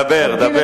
טוב, דבר, דבר.